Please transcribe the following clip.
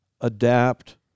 adapt